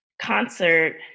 concert